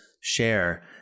share